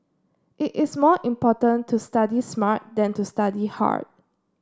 it is more important to study smart than to study hard